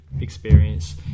experience